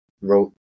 wrote